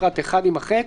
פרט (1) - יימחק.